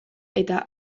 eta